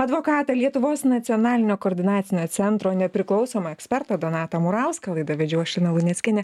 advokatą lietuvos nacionalinio koordinacinio centro nepriklausomą ekspertą donatą murauską laidą vedžiau aš žinau nes lina lunekienė